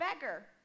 beggar